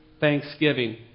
Thanksgiving